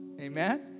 Amen